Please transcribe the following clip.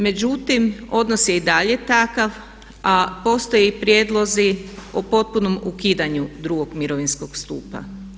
Međutim, odnos je i dalje takav a postoje i prijedlozi o potpunom ukidanju drugog mirovinskog stupa.